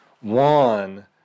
one